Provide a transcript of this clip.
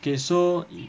okay so